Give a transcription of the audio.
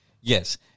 yes